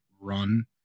run